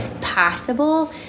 possible